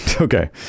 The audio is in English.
okay